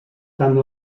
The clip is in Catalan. tant